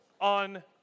On